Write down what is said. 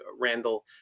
Randall